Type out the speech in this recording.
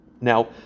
Now